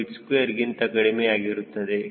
2 lbft2 ಗಿಂತ ಕಡಿಮೆ ಆಗಿರುತ್ತದೆ